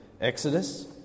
Exodus